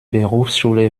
berufsschule